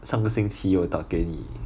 上个星期我有打给你